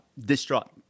distraught